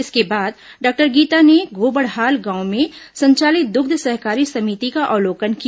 इसके बाद डॉक्टर गीता ने गोड़बहाल गांव में संचालित दुग्ध सहकारी समिति का अवलोकन किया